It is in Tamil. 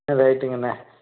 ஆ ரைட்டுங்கண்ணே